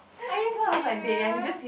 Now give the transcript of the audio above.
are you serious